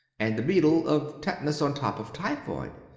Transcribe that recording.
and the beadle of tetanus on top of typhoid?